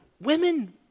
Women